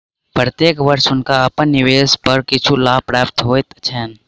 प्रत्येक वर्ष हुनका अपन निवेश पर किछ लाभ प्राप्त होइत छैन